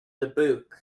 dubuque